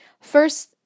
first